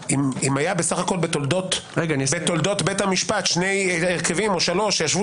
- אם היה בתולדות בית המשפט שני הרכבים או שלושה שישבו